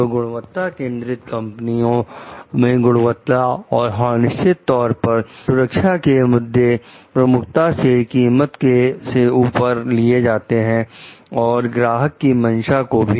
तो गुणवत्ता केंद्रित कंपनियों में गुणवत्ता और हां निश्चित तौर पर सुरक्षा के मुद्दे प्रमुखता से कीमत से ऊपर लिए जाते हैं और ग्राहक की मंशा को भी